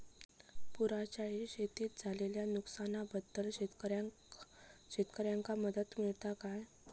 पुराच्यायेळी शेतीत झालेल्या नुकसनाबद्दल शेतकऱ्यांका मदत मिळता काय?